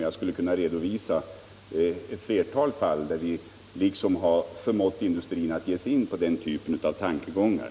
Jag skulle kunna redovisa ett flertal fall där vi har förmått industrin att ge sig in på sådana tankegångar.